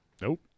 Nope